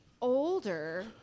older